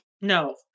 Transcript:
No